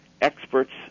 Experts